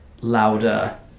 louder